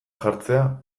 jartzea